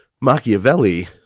machiavelli